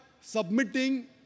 submitting